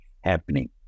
happening